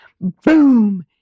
Boom